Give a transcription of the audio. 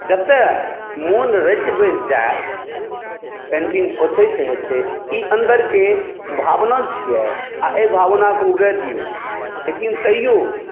जतऽ मोन रचि बसि जाइ पेन्टिङ्ग ओतहिसँ हेतै ई अन्दरके भावना छिए आओर एहि भावनाके उगै दिऔ लेकिन तैओ